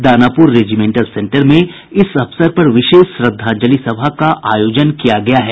Danapur regimental centre में इस अवसर पर विशेष श्रद्धांजलि सभा का आयोजन किया गया है